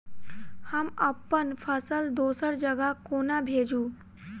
हम अप्पन फसल दोसर जगह कोना भेजू?